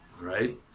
right